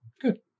Good